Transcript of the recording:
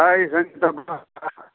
hi Satyam